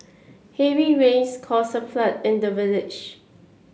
heavy rains caused a flood in the village